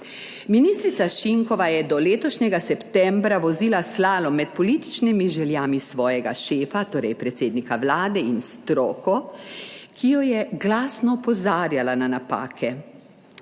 Ministrica Šinkova je do letošnjega septembra vozila slalom med političnimi željami svojega šefa, torej predsednika vlade, in stroko, ki jo je glasno opozarjala na napake.